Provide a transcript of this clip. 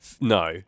No